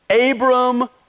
Abram